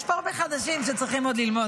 יש פה הרבה חדשים שצריכים עוד ללמוד,